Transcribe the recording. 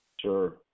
Sure